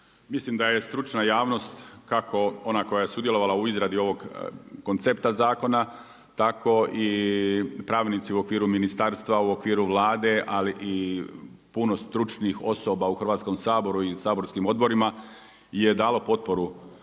Mislim da je stručna javnost kako ona koja je sudjelovala u izradi ovog koncepta zakona tako i pravnici u okviru ministarstva u okviru Vlade, ali i puno stručnih osoba u Hrvatskom saboru i saborskim odborima je dalo potporu